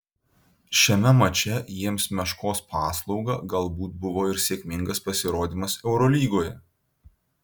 šiame mače jiems meškos paslauga galbūt buvo ir sėkmingas pasirodymas eurolygoje